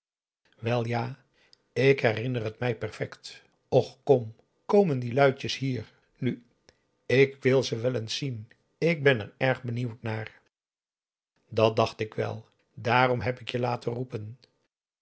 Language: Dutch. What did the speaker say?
wel ja ik herinner het mij perfect och kom komen die luitjes hier nu ik wil ze wel eens zien ik ben er erg benieuwd naar dat dacht ik wel dààrom heb ik je